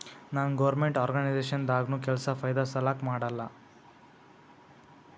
ನಾನ್ government organisation ದಾಗ್ನು ಕೆಲ್ಸಾ ಫೈದಾ ಸಲಾಕ್ ಮಾಡಲ್ಲ